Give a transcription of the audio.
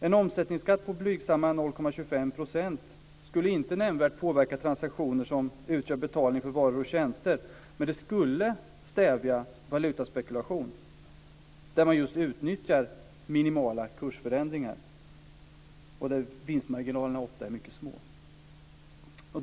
En omsättningsskatt på blygsamma 0,25 % skulle inte nämnvärt påverka transaktioner som utgör betalning för varor och tjänster, men den skulle stävja valutaspekulation, där man just utnyttjar minimala kursförändringar, och där vinstmarginalerna ofta är mycket små.